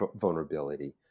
vulnerability